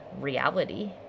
reality